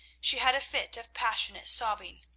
she had a fit of passionate sobbing.